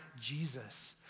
Jesus